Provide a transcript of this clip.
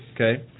okay